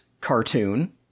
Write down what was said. cartoon